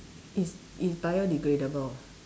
it's it's biodegradable ah